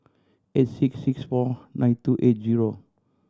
eight six six four nine two eight zero